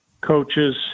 coaches